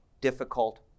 difficult